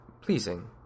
pleasing